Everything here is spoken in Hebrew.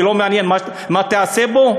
ולא מעניין מה תעשה בו?